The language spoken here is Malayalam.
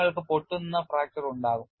നിങ്ങൾക്ക് പൊട്ടുന്ന ഫ്രാക്ചർ ഉണ്ടാകും